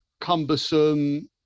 cumbersome